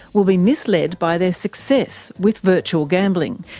will be misled by their success with virtual gambling.